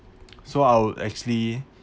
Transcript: so I would actually